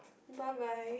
bye bye